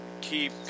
keep